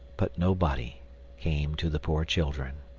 but nobody came to the poor children.